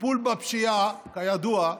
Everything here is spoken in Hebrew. טיפול בפשיעה, כידוע,